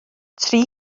tri